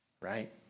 Right